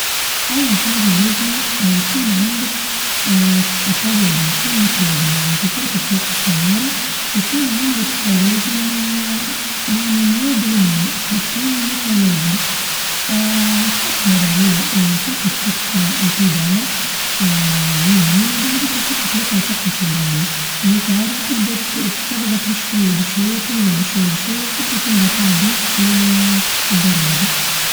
أول حاچة لازم يكون عندك آآ توازن تكون متوازن يعني كتركب فوق السيارة يكون عندك توازن آآ يعني مية بالمية وتكون متوازن، آآ هتحط مرة لولا آآ ساقك فوق البدال آآ اليمين وبعديكا ساقك الأخرى فوق البدال ليسار وتبدأ تضغط بشوية بشوية تنزل بشوية بشوية حتى تندفع بيك ال-الدراجة.